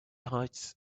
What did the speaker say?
heights